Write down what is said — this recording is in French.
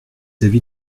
avis